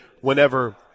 Whenever